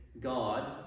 God